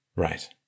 Right